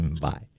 Bye